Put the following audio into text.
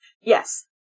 yes